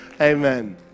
Amen